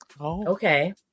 Okay